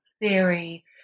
theory